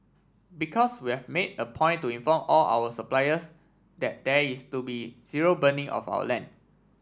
because we've made a point to inform all our suppliers that there is to be zero burning of our land